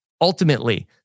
Ultimately